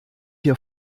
hier